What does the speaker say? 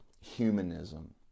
humanism